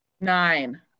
Nine